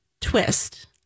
twist